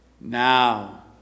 Now